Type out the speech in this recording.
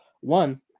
One